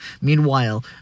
Meanwhile